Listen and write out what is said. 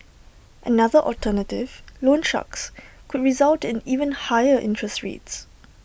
another alternative loan sharks could result in even higher interest rates